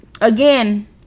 Again